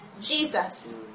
Jesus